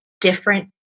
different